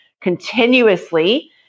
continuously